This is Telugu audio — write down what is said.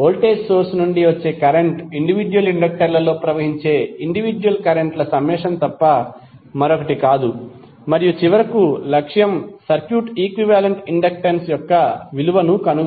వోల్టేజ్ సోర్స్ నుండి వచ్చే కరెంట్ ఇండివిడ్యుయల్ ఇండక్టర్లలో ప్రవహించే ఇండివిడ్యుయల్ కరెంట్ ల సమ్మేషన్ తప్ప మరొకటి కాదు మరియు చివరకు లక్ష్యం సర్క్యూట్ ఈక్వివాలెంట్ ఇండక్టెన్స్ యొక్క విలువను కనుగొనడం